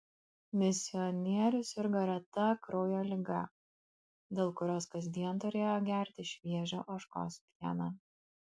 misionierius sirgo reta kraujo liga dėl kurios kasdien turėjo gerti šviežią ožkos pieną